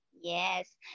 Yes